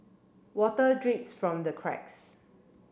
water drips from the cracks